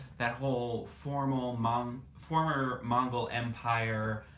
that whole former um um former mongol empire,